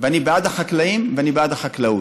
אני בעד החקלאים ואני בעד החקלאות,